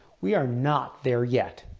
we are not there yet.